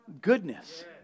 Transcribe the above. goodness